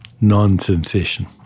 non-sensation